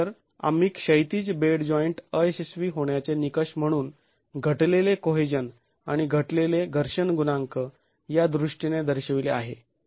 तर आम्ही क्षैतिज बेड जॉईंट अयशस्वी होण्याचे निकष म्हणून घटलेले कोहेजन आणि घटलेले घर्षण गुणांक यादृष्टीने दर्शविले आहे